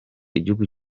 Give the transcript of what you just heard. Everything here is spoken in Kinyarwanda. igihugu